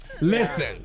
Listen